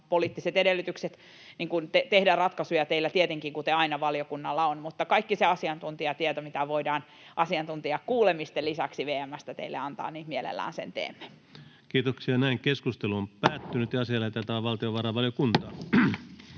poliittiset edellytykset tehdä ratkaisuja teillä tietenkin on, kuten aina valiokunnalla. Kaiken sen asiantuntijatiedon, mitä voidaan asiantuntijakuulemisten lisäksi VM:stä teille antaa, mielellään tuomme. Lähetekeskustelua varten esitellään päiväjärjestyksen 12.